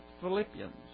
Philippians